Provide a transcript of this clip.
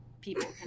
people